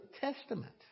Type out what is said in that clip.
Testament